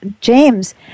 James